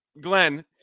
Glenn